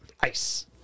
Ice